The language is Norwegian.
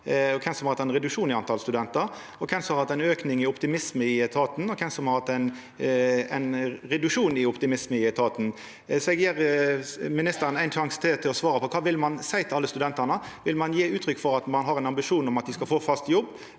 kven som har hatt ein reduksjon i talet på studentar, og på kven som har hatt ein auke i optimisme i etaten, og kven som har hatt ein reduksjon i optimisme i etaten. Eg gjev ministeren ein sjanse til til å svara på kva ein vil seia til alle studentane. Vil ein gje uttrykk for at ein har ein ambisjon om at dei skal få fast jobb,